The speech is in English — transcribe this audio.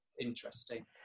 interesting